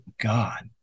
God